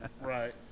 Right